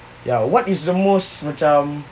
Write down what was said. ya what is the most macam